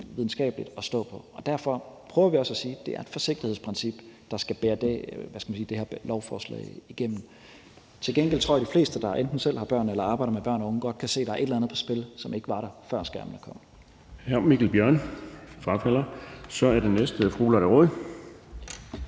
videnskabeligt at stå på. Derfor prøver vi også at sige: Det er et forsigtighedsprincip, der skal bære det her lovforslag igennem. Til gengæld tror jeg, at de fleste, der enten selv har børn eller arbejder med børn og unge, godt kan se, at der er et eller andet på spil, som ikke var der, før skærmene kom. Kl. 10:00 Den fg. formand (Erling Bonnesen): Hr. Mikkel Bjørn